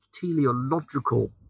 teleological